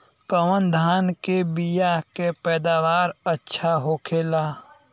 कवन धान के बीया के पैदावार अच्छा होखेला?